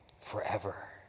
Forever